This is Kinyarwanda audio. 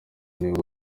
nibwo